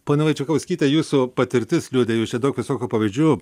pone vaičekauskyte jūsų patirtis liudija jūs čia daug visokių pavyzdžių